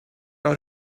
out